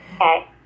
Okay